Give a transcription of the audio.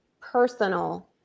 personal